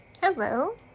Hello